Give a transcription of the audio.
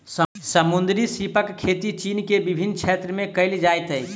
समुद्री सीपक खेती चीन के विभिन्न क्षेत्र में कयल जाइत अछि